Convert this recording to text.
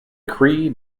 cree